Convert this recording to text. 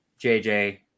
JJ